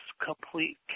complete